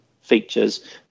features